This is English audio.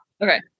Okay